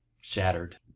shattered